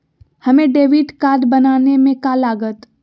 हमें debit card बनाने में का लागत?